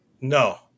No